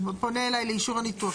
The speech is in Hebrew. הוא פונה אליי לאישור הניתוח,